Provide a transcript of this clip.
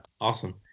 awesome